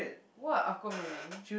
what Aquamarine